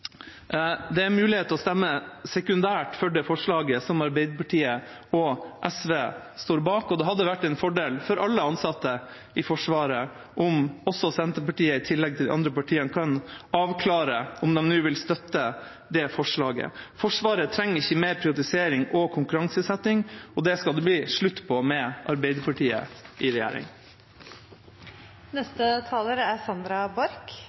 Det er mulig å stemme sekundært for det forslaget som Arbeiderpartiet og SV står bak, og det hadde vært en fordel for alle ansatte i Forsvaret om Senterpartiet i tillegg til de andre partiene kan avklare om de nå vil støtte det forslaget. Forsvaret trenger ikke mer privatisering og konkurranseutsetting, og det skal det bli slutt på med Arbeiderpartiet i